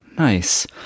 Nice